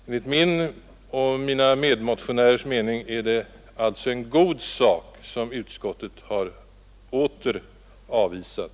Enligt min och mina medmotionärers mening är det alltså en god sak som utskottet åter här avvisat.